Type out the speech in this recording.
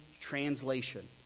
translation